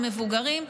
המבוגרים.